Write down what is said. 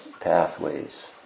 pathways